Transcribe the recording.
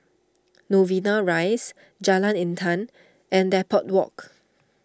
Novena Rise Jalan Intan and Depot Walk